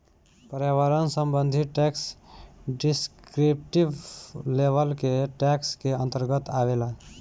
पर्यावरण संबंधी tax descriptive level के टैक्स के अंतर्गत आवेला